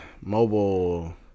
mobile